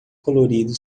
colorido